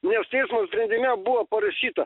nes teismo sprendime buvo parašyta